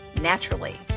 naturally